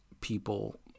people